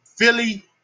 Philly